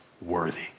worthy